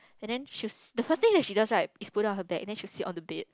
and then she the first that she does right is put down her bag then she will sit on the bed